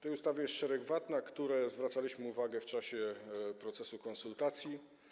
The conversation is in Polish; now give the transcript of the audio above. Ta ustawa ma szereg wad, na które zwracaliśmy uwagę w czasie procesu konsultacji.